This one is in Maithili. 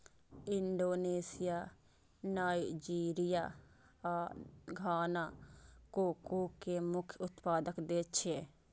इंडोनेशिया, नाइजीरिया आ घाना कोको के मुख्य उत्पादक देश छियै